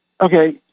Okay